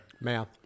Math